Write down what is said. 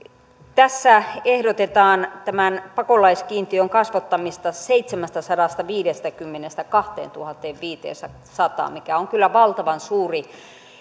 tässä ehdotetaan tämän pakolaiskiintiön kasvattamista seitsemästäsadastaviidestäkymmenestä kahteentuhanteenviiteensataan mikä on kyllä valtavan suuri